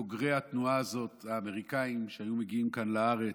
בוגרי התנועה הזאת שהיו מגיעים כאן לארץ.